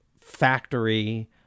factory